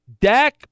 Dak